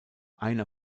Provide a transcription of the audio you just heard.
einer